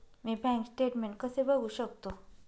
मी bank statement कसे बघू शकतो?